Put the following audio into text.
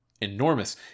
enormous